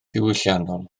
diwylliannol